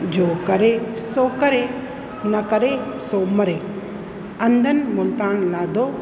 जो करे सो करे न करे सो मरे अंधनि मुल्तान लादो